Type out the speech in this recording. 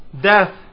Death